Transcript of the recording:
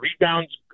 rebounds